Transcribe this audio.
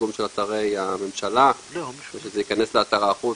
לתרגום של אתרי הממשלה וכשזה ייכנס לאתר האחוד,